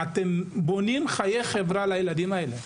אתם בונים חיי חברה לילדים האלה.